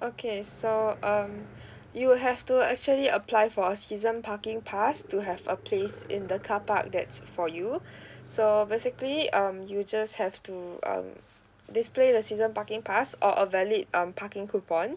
okay so um you will have to actually apply for a season parking pass to have a place in the car park that's for you so basically um you just have to um display the season parking pass or a valid um parking coupon